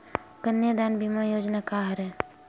कन्यादान बीमा योजना का हरय?